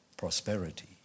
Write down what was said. Prosperity